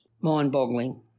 mind-boggling